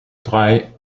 drei